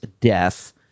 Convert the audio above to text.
death